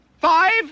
Five